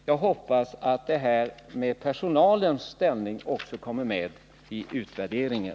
Jag hoppas att personalens ställning också kommer med i utvärderingen.